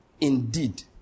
indeed